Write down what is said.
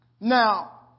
Now